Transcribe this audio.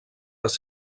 les